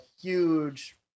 huge